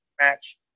match